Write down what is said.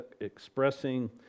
expressing